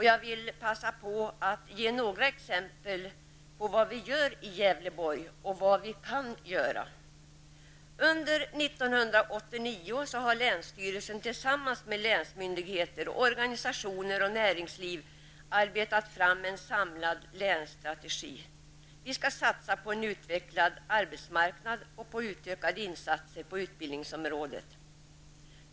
Jag vill passa på att ge några konkreta exempel på vad vi gör i Gävleborg och vad vi kan göra. Under 1989 har länsstyrelsen tillsammans med länsmyndigheter, organisationer och näringsliv arbetat fram en samlad länsstrategi. Vi skall satsa på en utvecklad arbetsmarknad och på utökade insatser på utbildningsområdet.